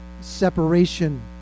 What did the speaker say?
separation